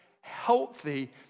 healthy